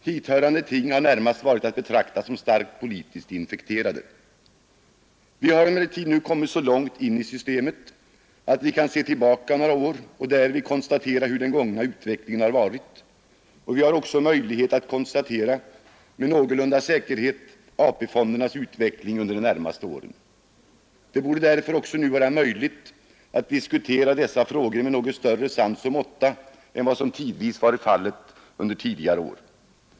Hithörande ting har närmast varit att betrakta som starkt politiskt infekterade. Vi har emellertid nu kommit så långt in i systemet att vi kan se tillbaka några år och därvid konstatera hur den gångna utvecklingen har varit, och vi har också möjlighet att med någorlunda säkerhet bedöma AP-fondernas utveckling under de närmaste åren. Det borde därför också nu vara möjligt att diskutera dessa frågor med något större sans och måtta än vad tidvis varit fallet under gångna år.